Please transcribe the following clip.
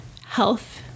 health